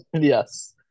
yes